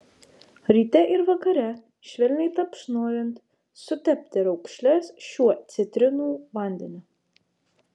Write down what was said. ryte ir vakare švelniai tapšnojant sutepti raukšles šiuo citrinų vandeniu